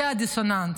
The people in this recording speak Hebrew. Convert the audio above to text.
זה הדיסוננס.